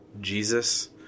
Jesus